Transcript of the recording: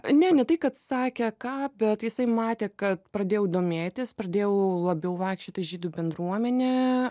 ne ne tai kad sakė ką bet jisai matė kad pradėjau domėtis pradėjau labiau vaikščiot į žydų bendruomenę